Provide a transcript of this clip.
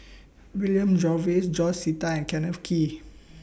William Jervois George Sita and Kenneth Kee